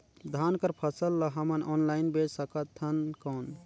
धान कर फसल ल हमन ऑनलाइन बेच सकथन कौन?